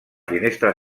finestra